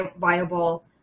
viable